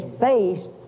based